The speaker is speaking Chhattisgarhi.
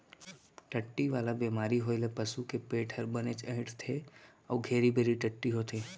टट्टी वाला बेमारी होए ले पसू के पेट हर बनेच अइंठथे अउ घेरी बेरी टट्टी होथे